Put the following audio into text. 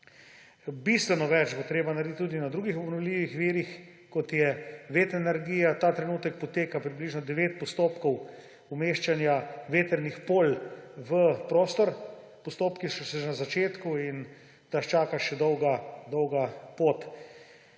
Bistveno več bo treba narediti tudi na drugih obnovljivih virih, kot je vetrna energija. Ta trenutek poteka približno 9 postopkov umeščanja vetrnih polj v prostor. Postopki so še na začetku in nas čaka še dolga dolga